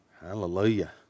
Hallelujah